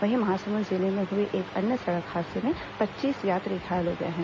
वहीं महासमुंद जिले में हुए एक अन्य सड़क हादसे में पच्चीस यात्री घायल हो गए हैं